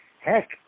heck